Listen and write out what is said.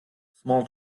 small